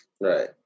Right